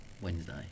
Wednesday